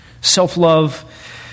Self-love